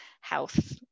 health